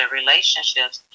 relationships